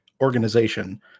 organization